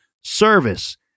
service